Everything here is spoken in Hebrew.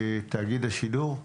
תאגיד השידור.